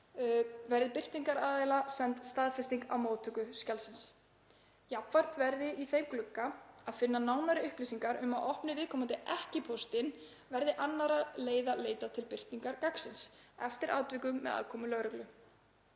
verði birtingaraðila send staðfesting á móttöku skjalsins. Jafnframt verði í þeim glugga að finna nánari upplýsingar um að opni viðkomandi ekki póstinn verði annarra leiða leitað til birtingar gagnsins, eftir atvikum með aðkomu lögreglu.